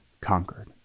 conquered